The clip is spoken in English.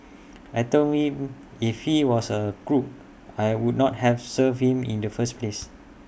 I Told him if he was A crook I would not have served him in the first place